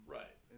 right